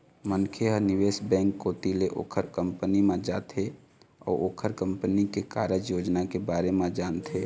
मनखे ह निवेश बेंक कोती ले ओखर कंपनी म जाथे अउ ओखर कंपनी के कारज योजना के बारे म जानथे